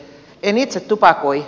en itse tupakoi